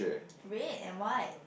red and white